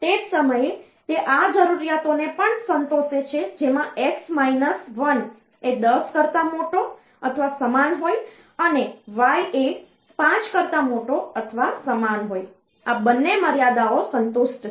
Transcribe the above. તે જ સમયે તે આ જરૂરિયાતોને પણ સંતોષે છે જેમાં x માયનસ 1 એ 10 કરતા મોટો અથવા સમાન હોય અને y એ 5 કરતા મોટો અથવા સમાન હોય આ બંને મર્યાદાઓ સંતુષ્ટ છે